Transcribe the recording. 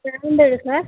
brand எது sir